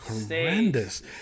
horrendous